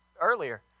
earlier